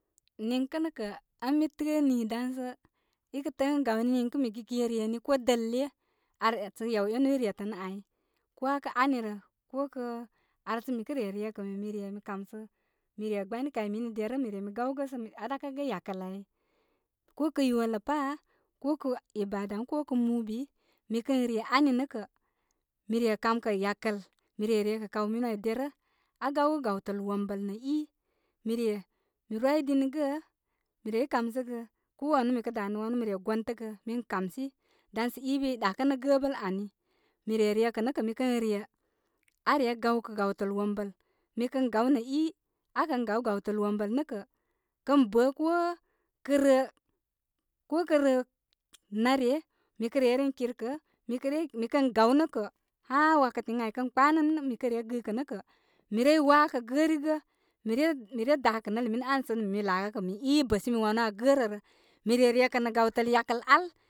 Niŋkə' nə' kə' ən mi təə nii dan sə, i kə təə ən gawni niŋkə mi kə ge reni ko dəle, are sə yaw enu i retənə ai. ko aa kə ani rə. ko kə ar sə mire rekə' min mi re mi kamsə, mi re gbani kay mini derə mi re mi gawgə sə mi aa ɗakəgə yakal ai. ko kə yola pa, ko kə ibadan ko kə mubi, mi kə re ani nə kə, mi re kamkə' yakəl mi re rekə kaw minu ai derə. A'a gāwgə' gāwtəl wo'mbəl nə i. mi re mi rwidini gə. Mi rei kamsəgə ko wanu mi kə danə mi re gontə gə mi kamsi dan sə i bə i ɗakənə gə bəl ani. Mi re re kə' nə kə', mi kən re aa ryə gawkə' gawtəl wombəl mi kən gaw nə i. A'a kən gaw gawtəl wombəl nə kə', kən bə' ko kə rəə ko kə rə naaree, mikə re ren kirkəə, mikə ryə mikə gaw nə kə haa wakatin ai kə kpaunə nə' mi kə re gɨkə nə kə mi rey waakə gərigə. Mi re gɨ, mire daa kə nɨl minə ani sə min mi laakə kə i i bəsimi wanu aa gə' rə rə. Mi re rekə' nə gawtəl yakəl al.